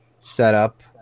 setup